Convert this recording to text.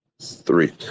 Three